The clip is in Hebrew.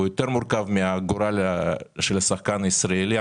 הוא יותר מורכב מהגורל של השחקן הישראלי.